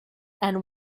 and